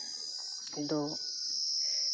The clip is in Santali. ᱫᱚ